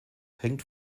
hängt